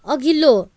अघिल्लो